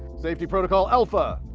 safety protocol alpha!